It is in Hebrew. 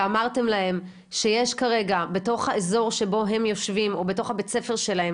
ואמרתם להם שיש כרגע תוך האזור שבו הם יושבים או בתוך בית הספר שלהם